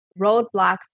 roadblocks